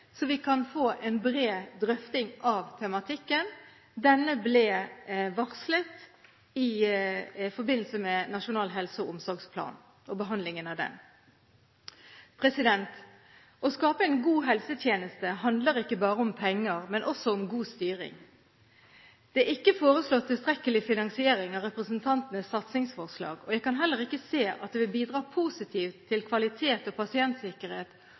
så vi kan få en bred drøfting av tematikken. Denne ble varslet i forbindelse med behandlingen av Nasjonal helse- og omsorgsplan. Å skape en god helsetjeneste handler ikke bare om penger, men også om god styring. Det er ikke foreslått tilstrekkelig finansiering av representantenes satsingsforslag, og jeg kan heller ikke se at det vil bidra positivt til kvalitet og pasientsikkerhet